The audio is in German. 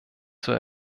zur